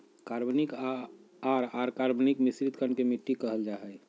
कार्बनिक आर अकार्बनिक मिश्रित कण के मिट्टी कहल जा हई